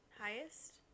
highest